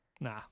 Nah